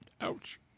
Ouch